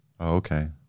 Okay